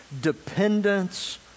dependence